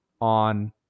on